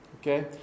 Okay